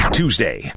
tuesday